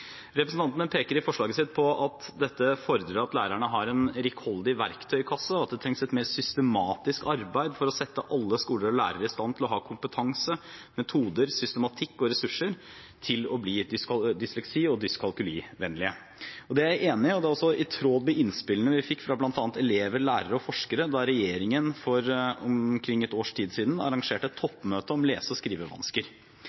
Representantene peker i forslaget sitt på at dette fordrer at lærerne har en rikholdig verktøykasse, og at det trengs et mer systematisk arbeid for å sette alle skoler og lærere i stand til å ha kompetanse, metoder, systematikk og ressurser til å bli dysleksi- og dyskalkulivennlige. Det er jeg enig i, og det er også i tråd med innspillene vi fikk fra bl.a. elever, lærere og forskere da regjeringen for omkring ett års tid siden arrangerte et